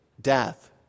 death